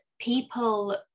people